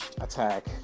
attack